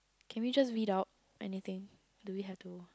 can we just read out anything do we have to